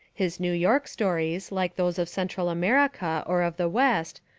his new york stories, like those of central america or of the west,